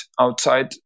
outside